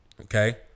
okay